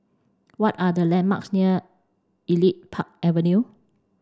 what are the landmarks near Elite Park Avenue